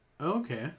Okay